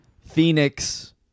Phoenix